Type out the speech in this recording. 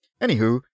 Anywho